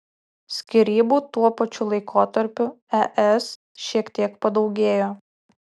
skyrybų tuo pačiu laikotarpiu es šiek tiek padaugėjo